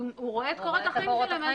הוא רואה את קורות החיים שלהם,